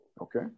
Okay